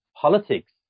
politics